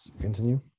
continue